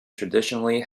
traditionally